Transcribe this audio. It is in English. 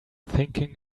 thinking